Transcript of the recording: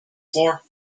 floor